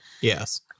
Yes